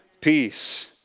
peace